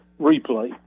replay